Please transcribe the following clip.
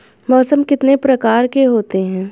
मौसम कितने प्रकार के होते हैं?